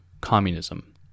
communism